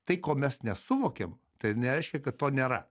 tai ko mes nesuvokiam tai ir nereiškia kad to nėra